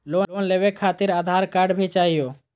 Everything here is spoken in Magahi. लोन लेवे खातिरआधार कार्ड भी चाहियो?